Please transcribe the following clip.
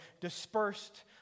dispersed